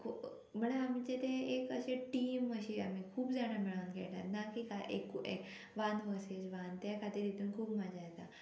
खू म्हणल्यार आमचे ते एक अशे टीम अशी आमी खूब जाणां मेळोन खेळटात ना की एकू वान हॉसेज वान त्या खातीर तितून खूब मजा येता